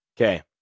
Okay